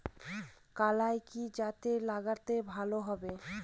কলাই কি জাতে লাগালে ভালো হবে?